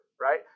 right